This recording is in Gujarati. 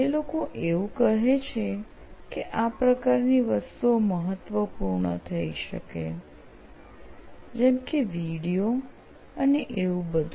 જે લોકો એવું કહે છે કે આ પ્રકારની વસ્તુઓ મહત્વપૂર્ણ થઈ શકે જેમ કે વિડિઓ અને એવું બધું